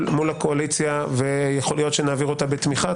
הקואליציה ויכול להיות שנעביר אותה בתמיכה.